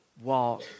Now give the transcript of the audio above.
walk